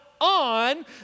on